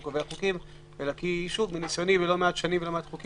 קובע חוקים אלא כי מניסיון של לא מעט שנים וחוקים,